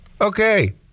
Okay